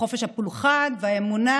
בחופש הפולחן והאמונה.